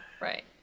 right